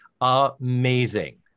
amazing